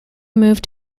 moved